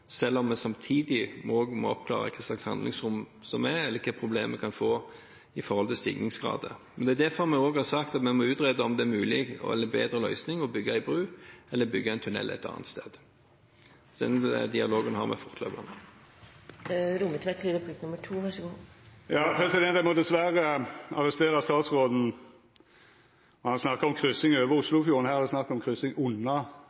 selv om vi samtidig må avklare hva slags handlingsrom som er, eller hvilke problemer vi kan få når det gjelder stigningsgrad. Det er derfor vi også har sagt at vi må utrede om det er en mulig og bedre løsning å bygge en bro eller bygge en tunnel et annet sted. Den dialogen har vi fortløpende. Eg må dessverre arrestera statsråden når han snakkar om kryssing